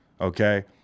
okay